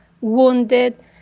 wounded